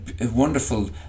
wonderful